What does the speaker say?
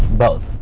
both.